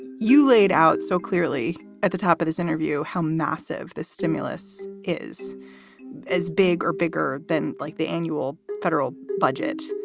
you laid out so clearly at the top of this interview how massive this stimulus is as big or bigger than like the annual federal budget.